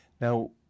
Now